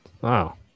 Wow